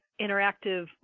interactive